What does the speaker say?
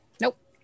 Nope